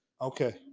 okay